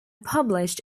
published